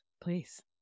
please